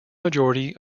majority